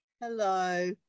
Hello